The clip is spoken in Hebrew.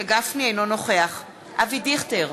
אינו נוכח אבי דיכטר,